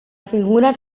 figura